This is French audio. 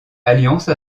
alliance